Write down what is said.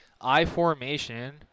I-formation